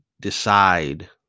decide